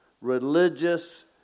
religious